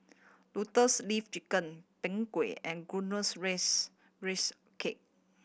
Lotus Leaf Chicken Png Kueh and glutinous raise raise cake